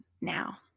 now